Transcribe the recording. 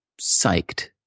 psyched